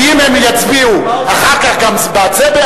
כי הם יצביעו אחר כך גם בעד זה,